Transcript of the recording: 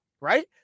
right